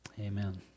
Amen